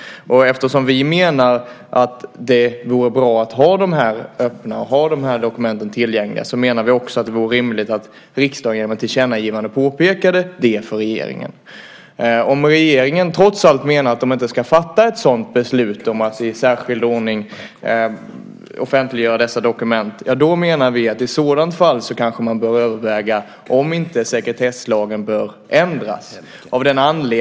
Vi menar att det vore bra att ha dessa dokument tillgängliga, och därför tycker vi att riksdagen genom ett tillkännagivande borde påpeka det för regeringen. Om regeringen trots allt menar att något sådant beslut om att i särskild ordning offentliggöra dessa dokument inte ska fattas, anser vi att man bör överväga om sekretesslagen bör ändras.